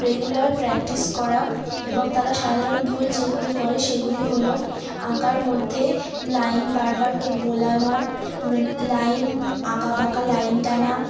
regular practice করা এবং তারা সাধারণ ভুল যেগুলো করে সেগুলি হলো আঁকার মধ্যে লাইন বারবারকে বোলানো মানে লাইন আঁকাবাঁকা লাইন টানা